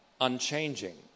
unchanging